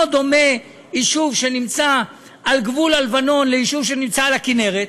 ואינו דומה יישוב שנמצא על גבול הלבנון ליישוב שנמצא על הכינרת.